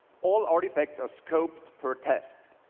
all artifacts are scoped per test.